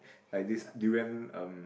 like this durian um